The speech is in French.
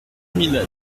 mille